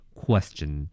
question